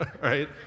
right